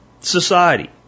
society